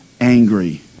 angry